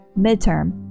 midterm